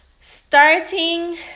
Starting